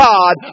God